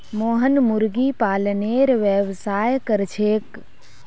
मोहन मुर्गी पालनेर व्यवसाय कर छेक